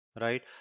right